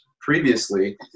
previously